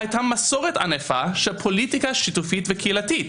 הייתה מסורת ענפה של פוליטיקה שיתופית וקהילתית.